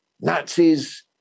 Nazis